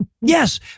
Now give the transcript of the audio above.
Yes